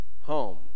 home